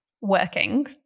Working